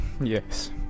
Yes